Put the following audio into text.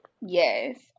Yes